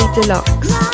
Deluxe